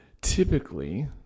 typically